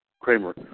Kramer